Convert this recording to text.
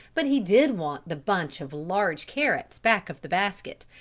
but he did want the bunch of large carrots back of the basket,